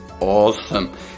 Awesome